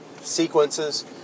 sequences